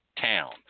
town